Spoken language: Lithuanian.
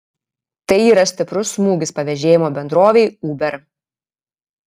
tai yra stiprus smūgis pavėžėjimo bendrovei uber